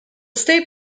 state